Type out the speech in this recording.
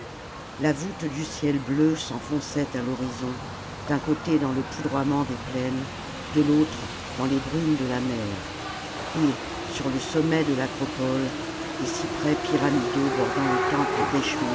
la voûte du ciel bleu s'enfonçait à fhorizon d'un côté dans le poudroiement des plaines de l'autre dans les brumes de la mer et sur le sommet de l'acropole les cyprès pyramidaux bordant le temple